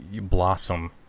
blossom